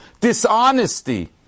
dishonesty